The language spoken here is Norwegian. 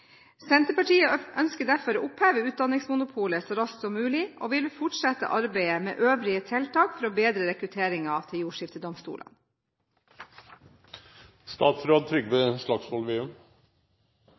Senterpartiet ønsker derfor å oppheve utdanningsmonopolet så raskt som mulig, og vil fortsette arbeidet med øvrige tiltak for å bedre rekrutteringen til